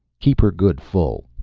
keep her good full.